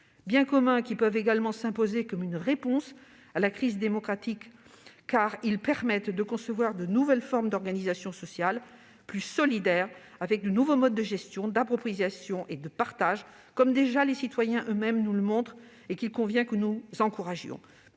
biens communs peuvent également s'imposer comme une réponse à la crise démocratique, en ce qu'ils permettent de concevoir de nouvelles formes d'organisation sociale plus solidaires, avec de nouveaux modes de gestion, d'appropriation et de partage. Les citoyens eux-mêmes nous le montrent déjà ; il convient que nous encouragions